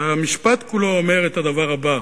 המשפט כולו אומר את הדבר הבא,